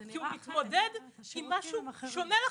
כי הוא מתמודד עם משהו שונה לחלוטין,